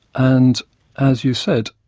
and as you said,